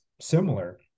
similar